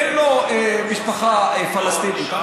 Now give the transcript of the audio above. אין לו משפחה פלסטינית,